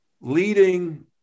leading